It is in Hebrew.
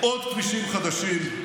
עוד כבישים חדשים,